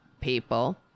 people